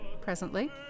presently